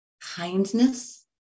Kindness